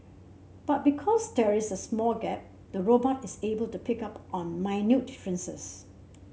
but because there is a small gap the robot is able to pick up on minute differences